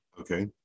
Okay